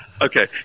Okay